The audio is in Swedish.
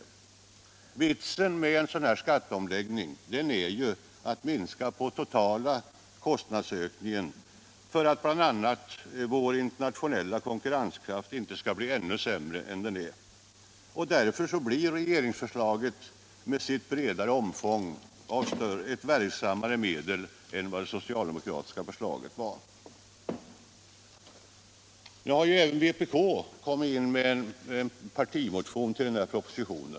Vitsen med en sådan här skatteomläggning är ju att minska den totala kostnadsökningen för att bl.a. vår internationella konkurrenskraft inte skall bli ännu sämre än den är. Därför blir regeringsförslaget med sitt bredare omfång ett verksammare medel än vad det socialdemokratiska förslaget var. Nu har även vpk väckt en partimotion med anledning av denna proposition.